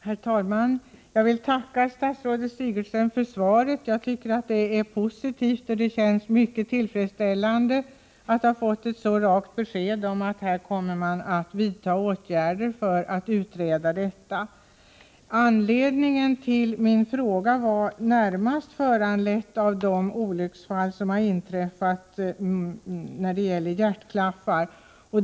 Herr talman! Jag vill tacka statsrådet Sigurdsen för svaret. Jag tycker att det är positivt. Det känns mycket tillfredsställande att ha fått ett så rakt besked om att frågan kommer att utredas och att åtgärder därefter vidtas. Min fråga var närmast föranledd av de olycksfall som har inträffat vid användning av hjärtklaffar.